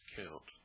count